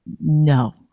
no